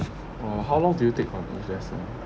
how long do you take for each lesson